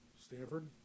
Stanford